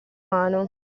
mano